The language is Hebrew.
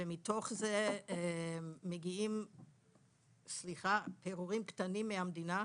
ומתוך זה, סליחה, מגיעים פירורים קטנים מהמדינה.